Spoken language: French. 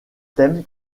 thèmes